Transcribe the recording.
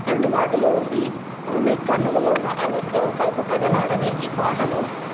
అందుబాటులో ఉంది ఆమె కన్నులలోన ఆమె కైపు కదలాడేనే ఈ పాటలో